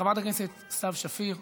חברת הכנסת סתיו שפיר,